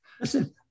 Listen